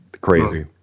crazy